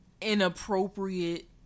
inappropriate